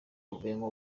avuyemo